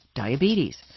diabetes,